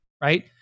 right